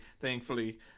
thankfully